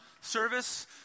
service